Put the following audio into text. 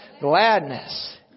Gladness